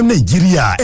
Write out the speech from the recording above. Nigeria